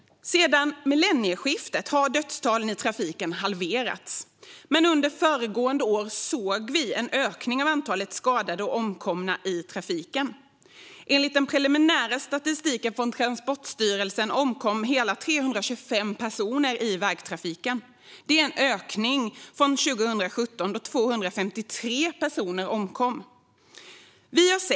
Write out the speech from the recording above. Sedan millennieskiftet har dödstalen i trafiken halverats, men under föregående år såg vi en ökning av antalet skadade och omkomna i trafiken. Enligt den preliminära statistiken från Transportstyrelsen omkom hela 325 personer i vägtrafiken. Detta är en ökning från 2017, då 253 personer omkom.